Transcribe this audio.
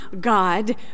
God